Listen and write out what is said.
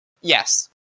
Yes